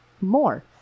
more